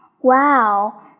Wow